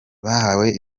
bahawe